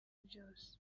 byose